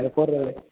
அதை போடுறது